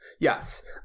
Yes